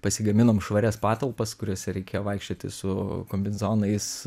pasigaminom švarias patalpas kuriose reikėjo vaikščioti su kombinezonais